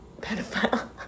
pedophile